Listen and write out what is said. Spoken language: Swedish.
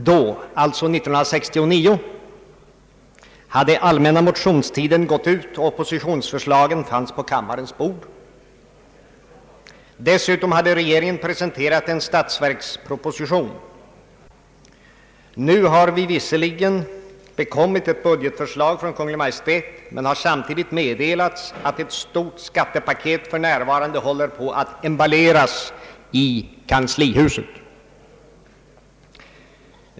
Då, alltså 1969, hade allmänna motionstiden gått ut och <oppositionsförslagen fanns på kammarens bord. Dessutom hade regeringen presenterat en statsverksproposition. Nu har vi visserligen bekommit ett budgetförslag från Kungl. Maj:t, men har samtidigt meddelats att ett stort skattepaket för närvarande håller på att emballeras i kanslihuset.